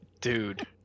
Dude